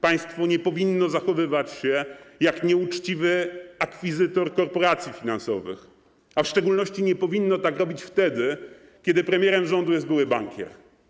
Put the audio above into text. Państwo nie powinno zachowywać się jak nieuczciwy akwizytor korporacji finansowych, a w szczególności nie powinno tak robić wtedy, kiedy premierem rządu jest były bankier.